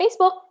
Facebook